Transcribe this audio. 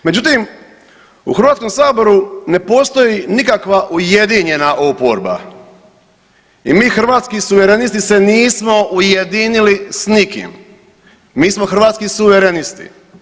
Međutim, u Hrvatskom saboru ne postoji nikakva ujedinjena oporba i mi Hrvatski suverenisti se nismo ujedinili s nikim, mi smo Hrvatski suverenisti.